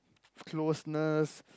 closeness